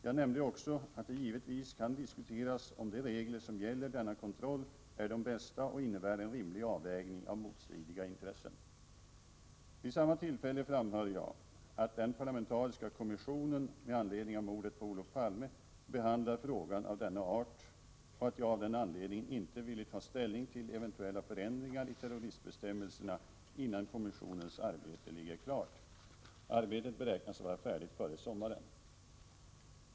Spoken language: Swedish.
Jag nämnde också att det givetvis kan diskuteras om de regler som gäller denna kontroll är de bästa och innebär en rimlig avvägning av motstridiga intressen. Vid samma tillfälle framhöll jag att den parlamentariska kommissionen med anledning av mordet på Olof Palme behandlar frågor av denna art och att jag av den anledningen inte ville ta ställning till eventuella förändringar i terroristbestämmelserna innan kommissionens arbete ligger klart. Arbetet beräknas vara färdigt före sommaren.